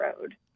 road